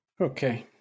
Okay